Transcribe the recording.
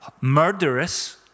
murderous